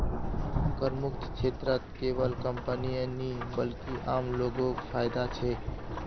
करमुक्त क्षेत्रत केवल कंपनीय नी बल्कि आम लो ग को फायदा छेक